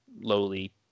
lowly